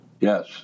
yes